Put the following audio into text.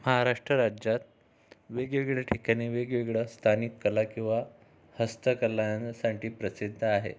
महाराष्ट्र राज्यात वेगवेगळ्या ठिकाणी वेगवेगळ्या स्थानिक कला किंवा हस्तकलांसाठी प्रसिद्ध आहे